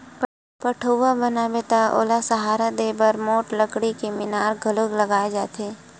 पठउहाँ बनाबे त ओला सहारा देय बर मोठ लकड़ी के मियार घलोक लगाए जाथे